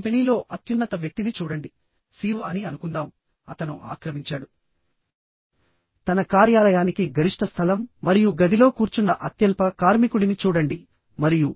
కంపెనీలో అత్యున్నత వ్యక్తిని చూడండి CEO అని అనుకుందాంఅతను ఆక్రమించాడు తన కార్యాలయానికి గరిష్ట స్థలం మరియు గదిలో కూర్చున్న అత్యల్ప కార్మికుడిని చూడండి మరియు